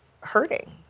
hurting